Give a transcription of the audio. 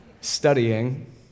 studying